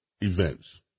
events